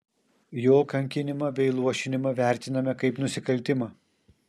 jo kankinimą bei luošinimą vertiname kaip nusikaltimą